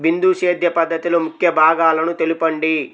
బిందు సేద్య పద్ధతిలో ముఖ్య భాగాలను తెలుపండి?